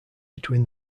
between